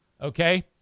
okay